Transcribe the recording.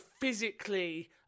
physically